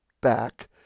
back